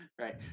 Right